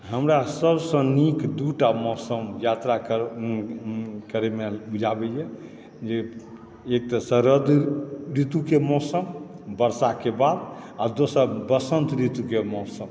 हमरा सबसँ नीक दूटा मौसम यात्रा करनाइ करैमे मजा आबैए जे एक तऽ शरद ऋतुके मौसम बरसातके बाद आओर दोसर बसन्त ऋतुके मौसम